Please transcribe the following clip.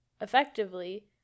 effectively